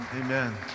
Amen